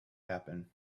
happen